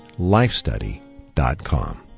lifestudy.com